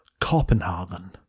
Copenhagen